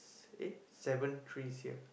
s~ eh seven trees here